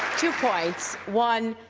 two points. one,